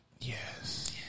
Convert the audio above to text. Yes